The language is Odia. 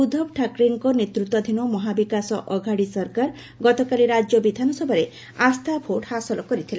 ଉଦ୍ଧବ ଠାକ୍ରେଙ୍କ ନେତୃତ୍ୱାଧୀନ ମହାବିକାଶ ଅଘାଡି ସରକାର ଗତକାଲି ରାଜ୍ୟ ବିଧାନସଭାରେ ଆସ୍ଥା ଭୋଟ ହାସଲ କରିଥିଲା